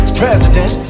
president